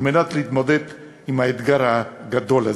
על מנת להתמודד עם האתגר הגדול הזה.